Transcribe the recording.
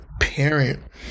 parent